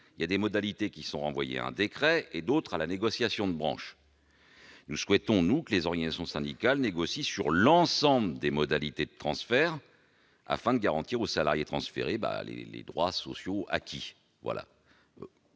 certaines modalités à un décret et d'autres à la négociation de branche. Nous souhaitons que les organisations syndicales négocient sur l'ensemble des modalités de transfert, afin de garantir aux salariés transférés le maintien des droits sociaux acquis. Tous